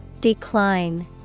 Decline